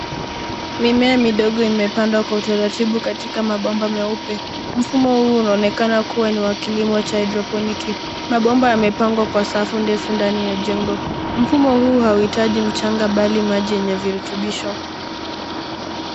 Mimea midogo imepandwa kwa utaratibu katika mabomba meupe. Mfumo huu unaonekana kuwa ni wa kilimo cha hydroponic .Mabomba yamepangwa kwa safu ndefu ndani ya jengo. Mfumo huu hauhitaji mchanga bali maji yenye virutubisho.